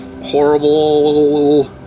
horrible